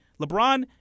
LeBron